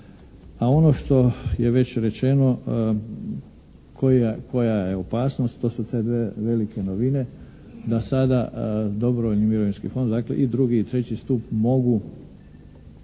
A ono što je već rečeno, koja je opasnost, to su te dve velike novine da sada dobrovoljni mirovinski fond, dakle i drugi i treći stup mogu